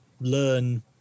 learn